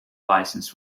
license